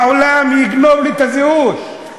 העולם יגנוב לי את הזהות,